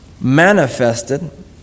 manifested